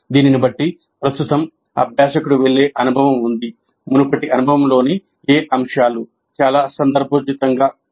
దీనిని బట్టి ప్రస్తుతం అభ్యాసకుడు వెళ్ళే అనుభవం ఉంది మునుపటి అనుభవంలోని ఏ అంశాలు చాలా సందర్భోచితంగా ఉన్నాయి